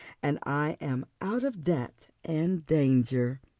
and i'm out of debt and danger,